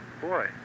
boy